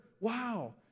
Wow